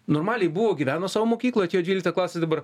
normaliai buvo gyveno sau mokykloj atėjo dvylikta klasė dabar